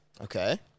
Okay